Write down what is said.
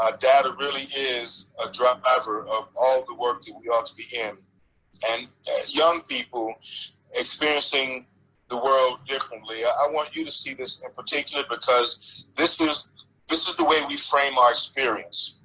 ah data really a ah driver of all the work that we ought to be in and young people experiencing the world differently. i want you to see this in particular because this is this is the way we frame our experience.